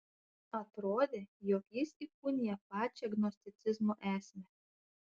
atrodė jog jis įkūnija pačią gnosticizmo esmę